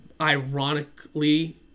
ironically